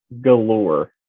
galore